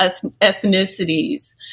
ethnicities